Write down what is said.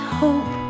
hope